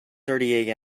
thirty